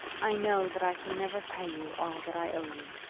i know that i can never pay you all that i owe you.